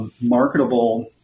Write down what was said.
marketable